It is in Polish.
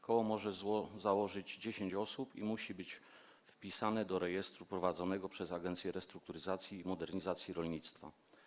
Koło może zostać założone przez 10 osób i musi być wpisane do rejestru prowadzonego przez Agencję Restrukturyzacji i Modernizacji Rolnictwa.